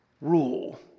rule